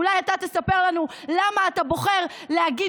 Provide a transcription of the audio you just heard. אולי אתה תספר לנו למה אתה בוחר להגיד